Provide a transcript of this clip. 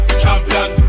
champion